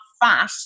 fat